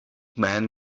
man